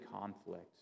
conflict